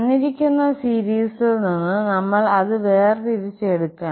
തന്നിരിക്കുന്ന സീരീസിൽ നിന്ന് നമ്മൾ അത് വേർതിരിച്ചെടുക്കണം